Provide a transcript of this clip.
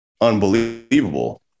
unbelievable